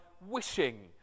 wishing